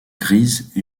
grise